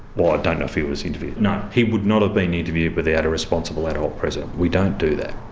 well, i don't know if he was interviewed. no, he would not have been interviewed without a responsible adult present, we don't do that.